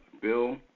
Bill